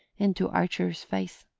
into archer's face.